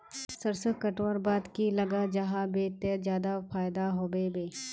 सरसों कटवार बाद की लगा जाहा बे ते ज्यादा फायदा होबे बे?